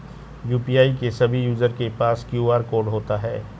UPI के सभी user के पास क्यू.आर कोड होता है